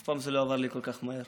אף פעם זה לא עבר לי כל כך מהר.